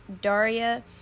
Daria